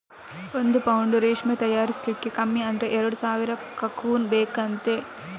ಒಂದು ಪೌಂಡು ರೇಷ್ಮೆ ತಯಾರಿಸ್ಲಿಕ್ಕೆ ಕಮ್ಮಿ ಅಂದ್ರೆ ಎರಡು ಸಾವಿರ ಕಕೂನ್ ಬೇಕಂತೆ